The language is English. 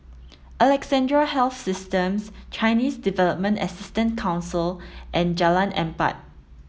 Alexandra Health Systems Chinese Development Assistance Council and Jalan Empat